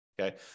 Okay